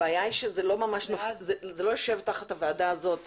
הבעיה היא שזה לא יושב תחת הוועדה הזאת